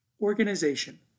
Organization